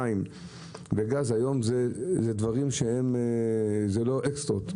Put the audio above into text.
מים וגז הם לא מותרות,